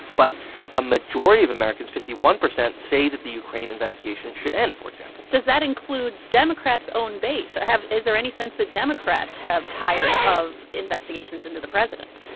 but a majority of americans fifty one percent say that the ukraine investigation should end, for example does that include democrats' own base? have is there any sense that democrats have tired of investigations into the president?